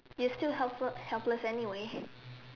it is still helpful helpless anyways